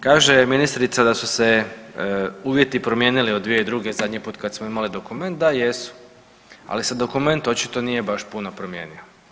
Kaže ministrica da su se uvjeti promijenili od 2002. zadnji put kad smo imali dokument, da jesu, ali se dokument očito nije baš puno promijenio.